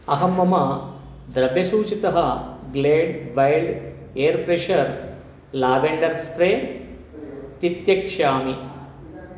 अहं मम द्रव्यसूचीतः Glade wild air pressure lavender spray तित्यक्ष्यामि